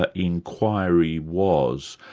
ah inquiry was.